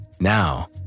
Now